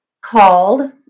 called